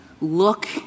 look